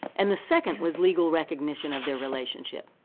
and the second was legal recognition of their relationship.